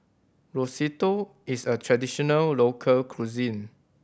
Risotto is a traditional local cuisine